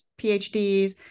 PhDs